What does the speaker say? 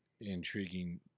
intriguing